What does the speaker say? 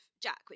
Jack